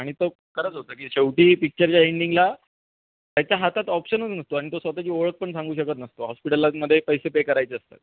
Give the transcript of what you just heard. आणि तो खरंच होतं की शेवटी पिक्चरच्या एंडिंगला त्याच्या हातात ऑप्शनच नसतो आणि तो स्वत ची ओळख पण सांगू शकत नसतो हॉस्पिटलामध्ये पैसे पे करायचे असतात